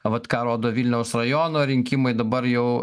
vat ką rodo vilniaus rajono rinkimai dabar jau